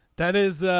that is.